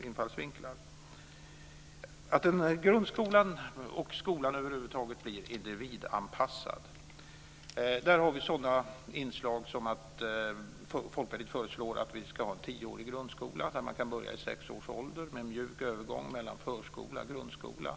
Det är viktigt att grundskolan och skolan över huvud taget blir individanpassad. Där har vi sådana inslag som att Folkpartiet föreslår en tioårig grundskola där man kan börja vid sex års ålder, med en mjuk övergång mellan förskola och grundskola.